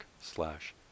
slash